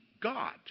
God